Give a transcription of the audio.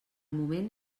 moment